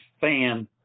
fan